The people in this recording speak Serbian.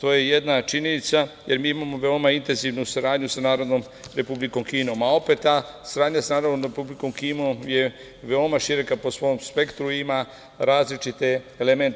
to je jedna činjenica, jer mi imamo veoma intenzivnu saradnju sa Narodnom Republikom Kinom, a opet ta saradnja sa Narodnom Republikom Kinom je veoma široka po svom spektru i ima različite elemente.